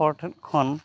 ᱦᱚᱲ ᱴᱷᱮᱱ ᱠᱷᱚᱱ